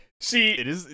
See